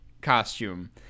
costume